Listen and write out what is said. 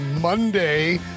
Monday